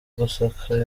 gusaka